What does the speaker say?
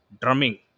drumming